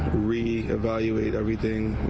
re-evaluate everything,